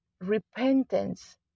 repentance